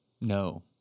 No